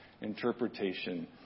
interpretation